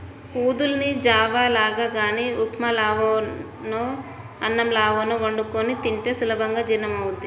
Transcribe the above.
ఊదల్ని జావ లాగా గానీ ఉప్మా లాగానో అన్నంలాగో వండుకొని తింటే సులభంగా జీర్ణమవ్వుద్ది